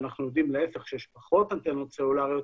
אנחנו יודעים להיפך שכשיש פחות אנטנות סלולריות